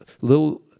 little